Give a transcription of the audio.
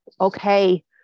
okay